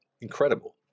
Incredible